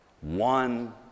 One